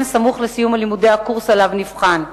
סמוך לסיום לימודי הקורס שעליו נבחן.